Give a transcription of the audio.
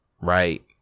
right